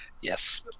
Yes